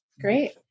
Great